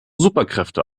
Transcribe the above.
superkräfte